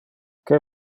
que